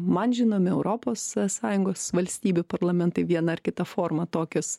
man žinomi europos sąjungos valstybių parlamentai viena ar kita forma tokius